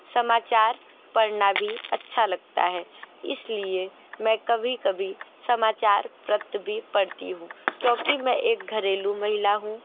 समाचार पढ़ना भी अच्छा लगता है इसलिए मैं कभी कभी समाचार पत्र भी पढ़ती हूँ क्योंकि मैं एक घरेलू महिला हूँ